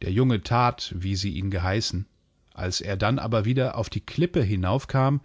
der junge tat wie sie ihn geheißen als er dann aber wieder auf die klippe hinauf kam